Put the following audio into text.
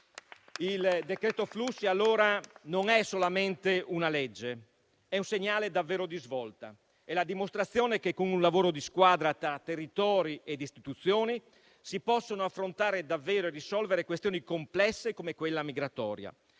Il decreto-legge flussi, quindi, non è solamente una legge, è un segnale davvero di svolta; è la dimostrazione che, con un lavoro di squadra tra territori e istituzioni, si possono affrontare davvero e risolvere questioni complesse come quella migratoria.